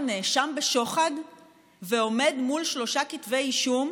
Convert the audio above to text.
נאשם בשוחד ועומד מול שלושה כתבי אישום,